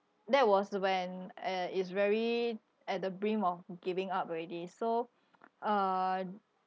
that was when uh is very at the brim of giving up already so uh